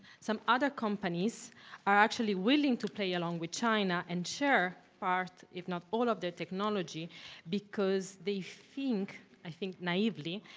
some other companies are actually willing to play along with china, and share part, if not all of their technology because they think, i think naively,